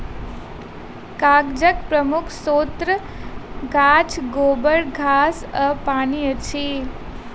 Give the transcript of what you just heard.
कागजक प्रमुख स्रोत गाछ, गोबर, घास आ पानि अछि